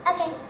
Okay